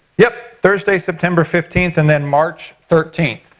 yep, thursday september fifteenth and then march thirteenth.